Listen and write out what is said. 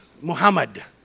Muhammad